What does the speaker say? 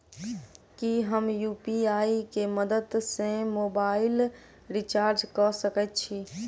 की हम यु.पी.आई केँ मदद सँ मोबाइल रीचार्ज कऽ सकैत छी?